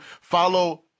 Follow